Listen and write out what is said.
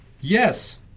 Yes